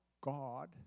God